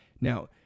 Now